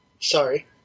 sorry